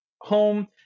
home